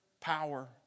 power